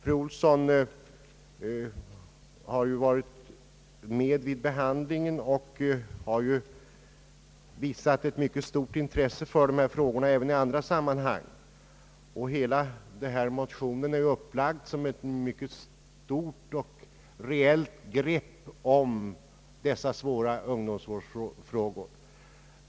Fru Olsson har ju varit med vid behandlingen av detta ärende och har också visat ett mycket stort intresse för dessa frågor i andra sammanhang. Motionen är upplagd som ett mycket stort och rejält grepp om dessa svåra ungdomsvårdsfrågor.